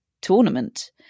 tournament